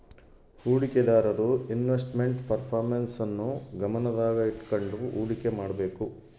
ಹೂಡಿಕೆದಾರರು investment performance ನ್ನು ಗಮನದಾಗ ಇಟ್ಕಂಡು ಹುಡಿಕೆ ಮಾಡ್ಬೇಕು